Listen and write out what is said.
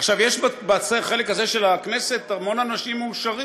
יש בחלק הזה של הכנסת המון אנשים מאושרים.